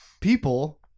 people